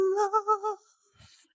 love